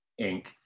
Inc